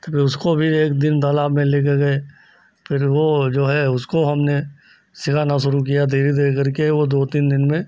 तो फिर उसको भी एक दिन तालाब में लेकर गए फिर वह जो है उसको हमने सिखाना शुरू किया धीरे धीरे करके वह दो तीन दिन में